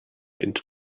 into